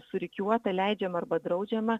surikiuota leidžiama arba draudžiama